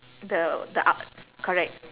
the the a~ correct